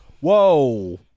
Whoa